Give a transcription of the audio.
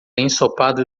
ensopado